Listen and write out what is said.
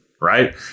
right